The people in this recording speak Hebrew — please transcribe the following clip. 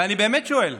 ואני באמת שואל: